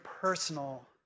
personal